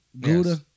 Gouda